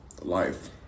life